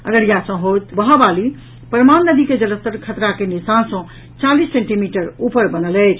अररिया सँ होयत बहऽवाली परमान नदी के जलस्तर खतरा के निशान सँ चालीस सेंटीमीटर ऊपर बनल अछि